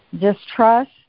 distrust